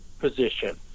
position